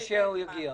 אבקש שהוא יגיע.